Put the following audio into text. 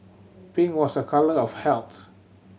pink was a colour of health